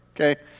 Okay